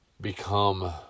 become